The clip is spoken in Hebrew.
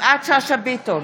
יפעת שאשא ביטון,